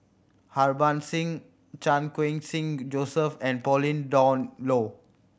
Harbans Singh Chan Khun Sing Joseph and Pauline Dawn Loh